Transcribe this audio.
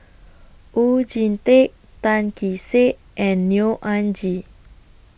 Oon Jin Teik Tan Kee Sek and Neo Anngee